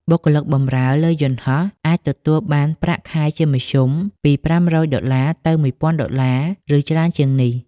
បុគ្គលិកបម្រើលើយន្តហោះអាចទទួលបានប្រាក់ខែជាមធ្យមពី ៥០០ ដុល្លារទៅ ១,០០០ ដុល្លារ ឬច្រើនជាងនេះ។